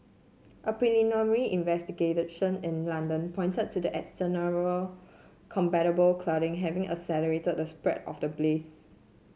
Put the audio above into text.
a preliminary investigation in London pointed to the external combustible cladding having accelerated the spread of the blaze